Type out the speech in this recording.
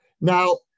Now